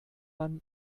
man